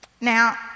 Now